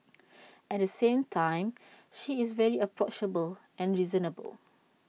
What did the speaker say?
at the same time she is very approachable and reasonable